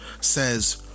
says